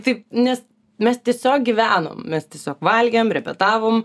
taip nes mes tiesiog gyvenom mes tiesiog valgėm repetavom